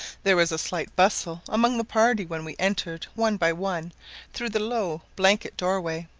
there was a slight bustle among the party when we entered one by one through the low blanket-doorway.